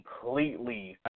completely